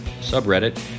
subreddit